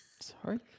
Sorry